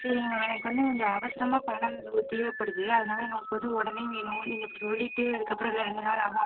சரிங்க மேடம் எனக்கு வந்து கொஞ்சம் அவசரமாக பணம் லோன் தேவைப்படுது அதனால் எங்கள் ஹஸ்பண்டு உடனே வேணும் நீங்கள் இப்போ சொல்லிவிட்டு அதற்கப்பறோம் இல்லை ரெண்டு நாள் ஆகும் அப்படி